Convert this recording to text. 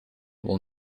will